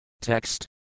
Text